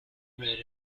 read